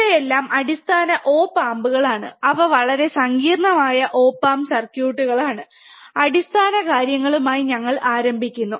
ഇവയെല്ലാം അടിസ്ഥാന ഓപ് ആമ്പുകളാണ് അവ വളരെ സങ്കീർണ്ണമായ ഒപ് ആം സർക്യൂട്ടുകളാണ് അടിസ്ഥാനകാര്യങ്ങളുമായി ഞങ്ങൾ ആരംഭിക്കുന്നു